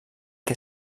què